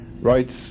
rights